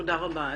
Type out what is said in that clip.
תודה רבה.